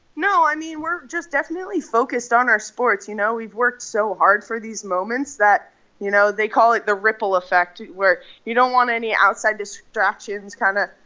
no, i mean, we're just definitely focused on our sports, you know? we've worked so hard for these moments that you know, they call it the ripple effect, where you don't want any outside distractions kind of,